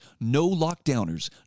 no-lockdowners